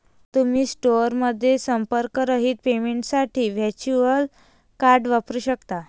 तुम्ही स्टोअरमध्ये संपर्करहित पेमेंटसाठी व्हर्च्युअल कार्ड वापरू शकता